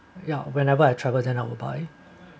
yeah whenever I travel then I'll buy